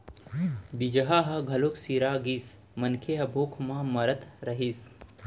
बीजहा ह घलोक सिरा गिस, मनखे ह भूख म मरत रहिस